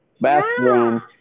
bathroom